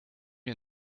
wir